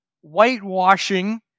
whitewashing